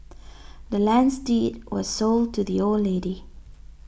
the land's deed was sold to the old lady